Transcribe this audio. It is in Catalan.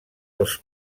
els